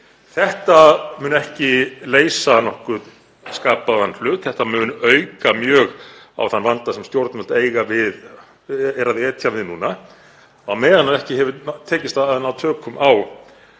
Þetta mun ekki leysa nokkurn skapaðan hlut. Þetta mun auka mjög á þann vanda sem stjórnvöld eiga við að etja á meðan ekki hefur tekist að ná tökum á